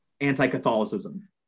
anti-Catholicism